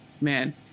Man